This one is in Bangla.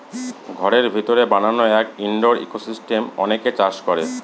ঘরের ভিতরে বানানো এক ইনডোর ইকোসিস্টেম অনেকে চাষ করে